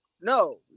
No